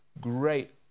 great